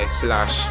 slash